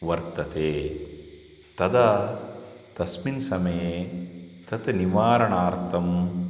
वर्तते तदा तस्मिन् समये तत् निवारणार्थं